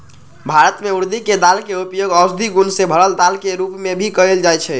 भारत में उर्दी के दाल के उपयोग औषधि गुण से भरल दाल के रूप में भी कएल जाई छई